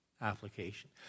application